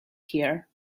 here